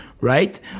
right